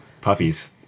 Puppies